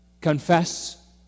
Confess